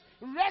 Rest